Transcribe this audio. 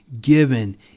given